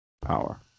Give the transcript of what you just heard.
Power